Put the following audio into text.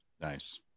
Nice